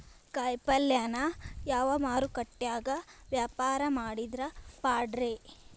ಕಾಯಿಪಲ್ಯನ ಯಾವ ಮಾರುಕಟ್ಯಾಗ ವ್ಯಾಪಾರ ಮಾಡಿದ್ರ ಪಾಡ್ರೇ?